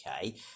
okay